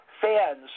fans